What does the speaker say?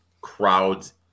crowds